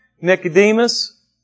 Nicodemus